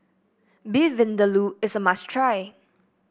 Beef Vindaloo is a must try